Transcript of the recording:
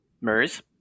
MERS